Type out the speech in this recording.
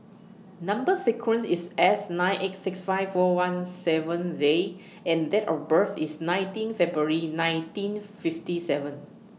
Number sequence IS S nine eight six five four one seven Z and Date of birth IS nineteen February nineteen fifty seven